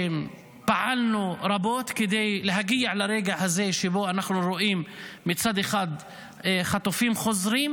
ופעלנו רבות כדי להגיע לרגע הזה שבו אנחנו רואים מצד אחד חטופים חוזרים,